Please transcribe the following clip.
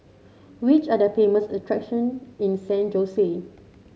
which are the famous attraction in San Jose